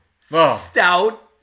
Stout